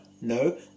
No